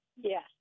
Yes